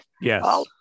Yes